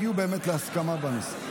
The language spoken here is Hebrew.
הלוואי שיגיעו באמת להסכמה בנושא.